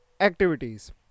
activities